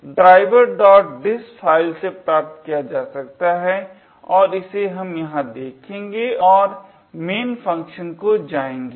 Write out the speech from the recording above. तो यह driverdiss file से प्राप्त किया जा सकता है और इसे हम यहाँ देखेंगे और main फंक्शन को जायेंगे